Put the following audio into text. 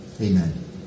Amen